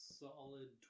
solid